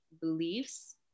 beliefs